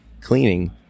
cleaning